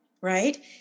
right